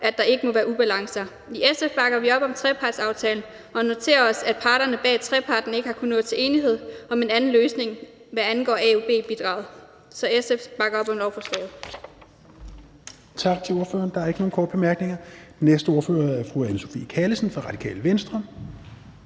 at der ikke må være ubalancer. I SF bakker vi op om trepartsaftalen og noterer os, at parterne bag treparten ikke har kunnet nå til enighed om en anden løsning, hvad angår AUB-bidraget. Så SF bakker op om lovforslaget.